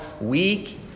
weak